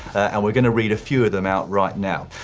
and we're going to read a few of them out right now.